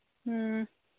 ꯎꯝ